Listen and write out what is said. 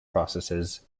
processes